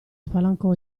spalancò